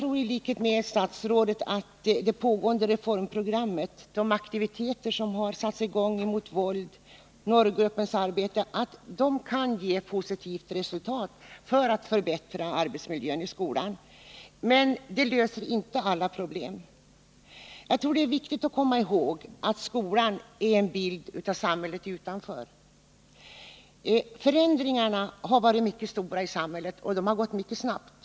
I likhet med statsrådet tror jag att det pågående reformarbetet — de aktiviteter som har påbörjats mot våld, dvs. normgruppens arbete — kan ge ett positivt resultat när det gäller att förbättra arbetsmiljön i skolan. Detta löser emellertid inte alla problem. Jag tror att det är viktigt att komma ihåg att skolan är en bild av samhället utanför. Förändringarna har varit mycket stora i samhället, och det har gått mycket snabbt.